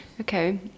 okay